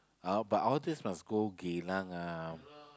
oh but all this must go Geylang ah